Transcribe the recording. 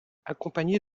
accompagné